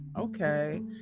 Okay